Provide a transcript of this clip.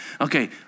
Okay